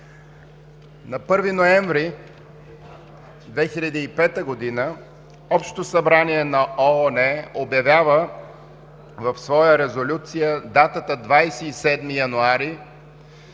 На 1 ноември 2005 г. Общото събрание на ООН обявява в своя резолюция датата 27 януари